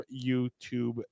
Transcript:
YouTube